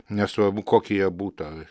nesvarbu kokie jie būta